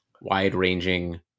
wide-ranging